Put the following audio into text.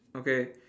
okay